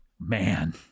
Man